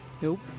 Nope